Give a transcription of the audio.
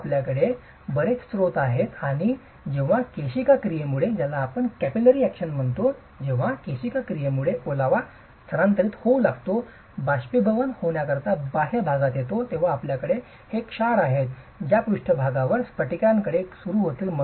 तर आपल्याकडे बरेच स्रोत आहेत आणि जेव्हा केशिका क्रियेमुळे ओलावा स्थानांतरित होऊ लागतो बाष्पीभवन होण्याकरिता बाह्य भागात येतो तेव्हा आपल्याकडे हे क्षार आहेत ज्या पृष्ठभागावर स्फटिकासारखे सुरू होतील